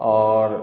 और